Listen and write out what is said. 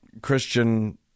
Christian